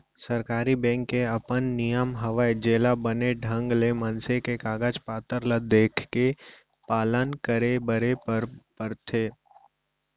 सरकारी बेंक के अपन नियम हवय जेला बने ढंग ले मनसे के कागज पातर ल देखके पालन करे बरे बर परथे